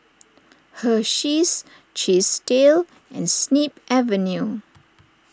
Hersheys Chesdale and Snip Avenue